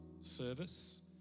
service